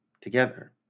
together